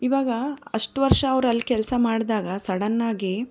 ಈವಾಗ ಅಷ್ಟು ವರ್ಷ ಅವರ ಅಲ್ಲಿ ಕೆಲಸ ಮಾಡಿದಾಗ ಸಡನ್ ಆಗಿ